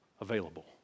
available